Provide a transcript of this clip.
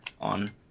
on